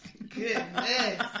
Goodness